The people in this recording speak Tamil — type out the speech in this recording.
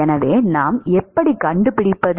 எனவே நாம் எப்படிக் கண்டுபிடிப்பது